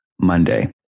Monday